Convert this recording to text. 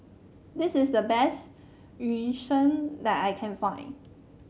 this is the best Yu Sheng that I can find